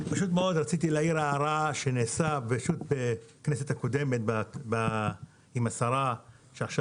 רציתי להעיר הערה שנעשה בכנסת הקודמת עם השרה שעכשיו